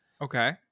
Okay